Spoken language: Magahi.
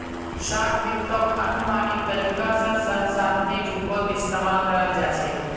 शार्ट वित्तक अनुमानित तरीका स साधनेर रूपत इस्तमाल कराल जा छेक